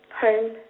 Home